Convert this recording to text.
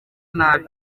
nabi